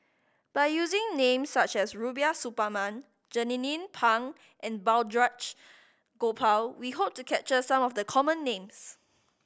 by using names such as Rubiah Suparman Jernnine Pang and Balraj Gopal we hope to capture some of the common names